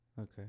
Okay